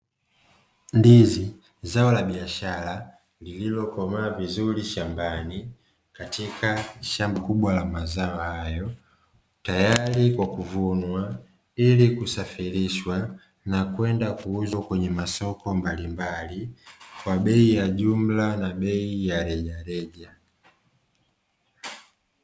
Ndizi, zao la biashara lililokomaa vizuri shambani, katika shamba kubwa la mazao hayo, tayari kwa kuvunwa ili kusafirishwa na kwenda kuuzwa kwenye masoko mbalimbali Kwa bei ya jumla na rejareja.